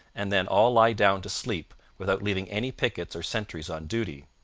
and then all lie down to sleep, without leaving any pickets or sentries on duty.